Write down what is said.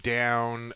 down